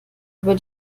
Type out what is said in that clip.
über